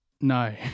No